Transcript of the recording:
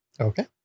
Okay